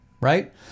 Right